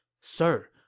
Sir